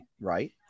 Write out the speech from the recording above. right